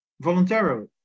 voluntarily